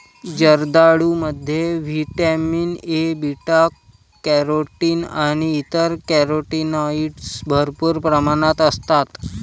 जर्दाळूमध्ये vitamin A, beta carotene आणि इतर कॅरोटीनॉइड्स भरपूर प्रमाणात असतात